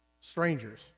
strangers